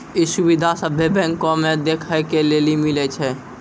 इ सुविधा सभ्भे बैंको मे देखै के लेली मिलै छे